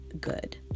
good